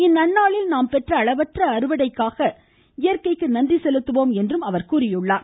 இந்நன்னாளில் நாம் பெற்ற அளவற்ற அறுவடைக்காக இயற்கைக்கு நன்றி செலுத்துவோம் என அவர் கூறியுள்ளார்